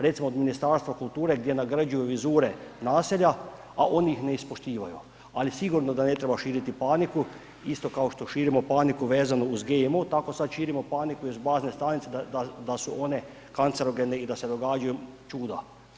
Recimo od Ministarstva kulture gdje nagrđuju vizure naselja, a oni ih neispoštivaju, ali sigurno da ne treba širiti paniku isto kao što širimo paniku vezano uz GMO, tako sad širimo paniku iz bazne stanice da su one kancerogene i da se događaju čuda.